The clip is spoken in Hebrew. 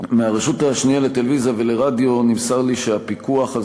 מהרשות השנייה לטלוויזיה ורדיו נמסר לי שהפיקוח על